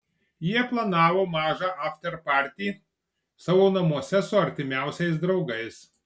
jie planavo mažą aftepartį savo namuose su artimiausiais draugais